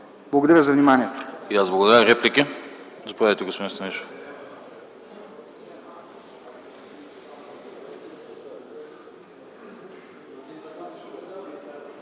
Благодаря за вниманието.